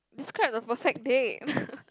describe a perfect day